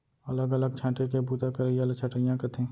अलग अलग छांटे के बूता करइया ल छंटइया कथें